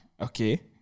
Okay